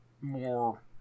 more